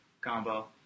combo